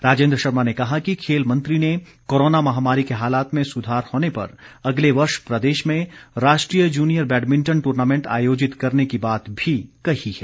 राजेंद्र शर्मा ने कहा कि खेल मंत्री ने कोरोना महामारी के हालात में सुधार होने पर अगले वर्ष प्रदेश में राष्ट्रीय जुनियर बैडमिंटन ट्रर्नामेंट आयोजित करने की बात भी कही है